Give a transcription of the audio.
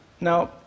Now